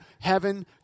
heaven